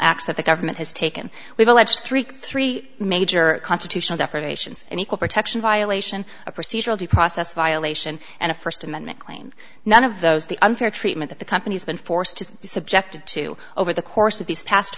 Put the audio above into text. acts that the government has taken we've alleged three three major constitutional deprivations an equal protection violation a procedural due process violation and a first amendment claim none of those the unfair treatment that the company has been forced to be subjected to over the course of these past